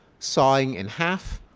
sawing in half,